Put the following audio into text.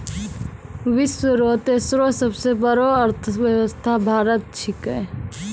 विश्व रो तेसरो सबसे बड़ो अर्थव्यवस्था भारत छिकै